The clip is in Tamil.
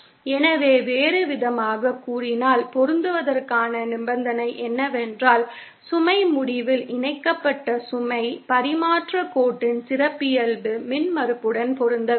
எனவே வேறுவிதமாகக் கூறினால் பொருந்துவதற்கான நிபந்தனை என்னவென்றால் சுமை முடிவில் இணைக்கப்பட்ட சுமை பரிமாற்றக் கோட்டின் சிறப்பியல்பு மின்மறுப்புடன் பொருந்த வேண்டும்